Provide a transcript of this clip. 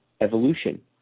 evolution